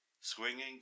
Swinging